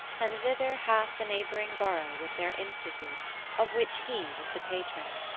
and thither half the neighbouring borough with their institute of which he was the patron.